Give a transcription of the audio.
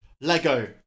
lego